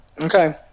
Okay